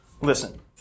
Listen